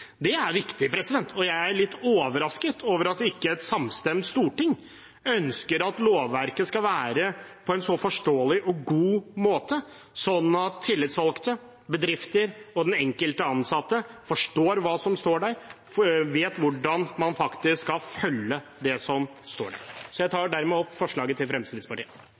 Det er viktig, og jeg er litt overrasket over at ikke et samstemt storting ønsker at lovverket skal være skrevet på en så forståelig og god måte at tillitsvalgte, bedrifter og den enkelte ansatte forstår hva som står der, slik at man vet hvordan man faktisk skal følge det som står der. Jeg tar dermed opp forslaget fra Fremskrittspartiet.